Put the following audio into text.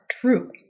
true